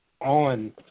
on